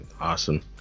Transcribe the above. Awesome